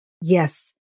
Yes